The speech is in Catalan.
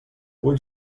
ull